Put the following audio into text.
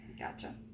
Gotcha